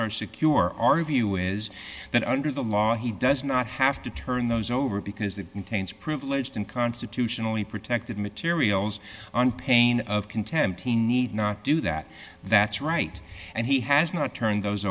are secure our view is that under the law he does not have to turn those over because it contains privileged and constitutionally protected materials on pain of contempt one hundred need not do that that's right and he has not turned